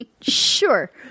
sure